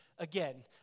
Again